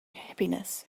happiness